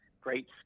great